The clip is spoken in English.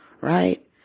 right